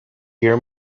hear